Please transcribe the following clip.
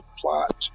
plot